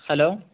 hello